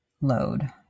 load